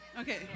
Okay